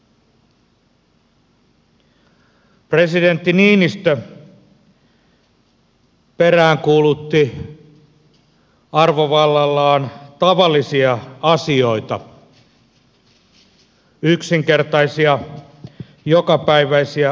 presidentti niinistö peräänkuulutti arvovallallaan tavallisia asioita yksinkertaisia jokapäiväisiä asioita